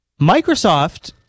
Microsoft